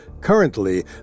Currently